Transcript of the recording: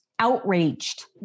outraged